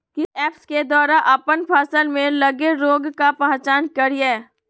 किस ऐप्स के द्वारा अप्पन फसल में लगे रोग का पहचान करिय?